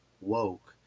woke